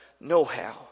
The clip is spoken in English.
know-how